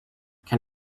can